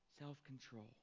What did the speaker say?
self-control